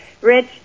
Rich